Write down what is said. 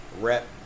rep